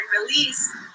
release